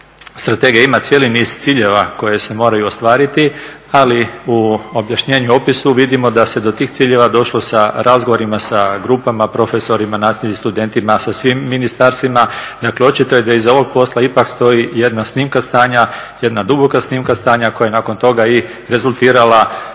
strategija ima cijeli niz ciljeva koji se moraju ostvariti ali u objašnjenju i opisu vidimo da se do tih ciljeva došlo sa razgovorima sa grupama, profesorima, nastavnicima i studentima, sa svim ministarstvima. Dakle, očito je da je iza ovog posla ipak stoji jedna snimka stanja, jedna duboka snimka stanja koja je nakon toga i rezultirala